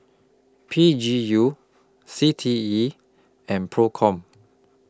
P G U C T E and PROCOM